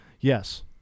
yes